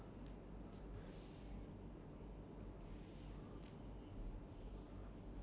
like what what you dreamt to be or what you dreamt of like during childhood that you have achieved